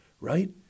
right